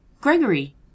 Gregory